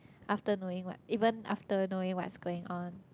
after knowing what even after knowing what's going on